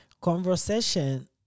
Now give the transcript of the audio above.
Conversation